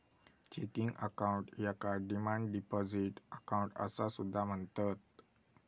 checking account याका demand deposit account असा सुद्धा म्हणतत